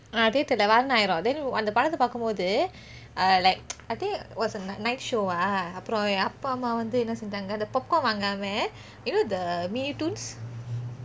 ah theatre லெ Vaaranam Aayiram vaaranam aayiram then அந்த படத்த பாக்கும்போது: antha padathe paakumpothu uh like I think was a night show ah அப்புறம் என் அப்பா அம்மா வந்து என்ன செஞ்சாங்க:apurom en appa amma vanthu enna senjange the popcorn வாங்காமே:vaangame you know the Minitoons